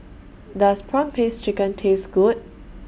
Does Prawn Paste Chicken Taste Good